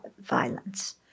violence